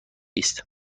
است